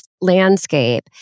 landscape